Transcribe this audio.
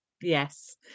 Yes